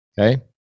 Okay